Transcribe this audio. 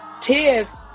tears